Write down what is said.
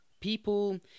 people